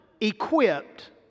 equipped